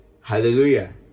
Hallelujah